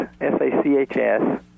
S-A-C-H-S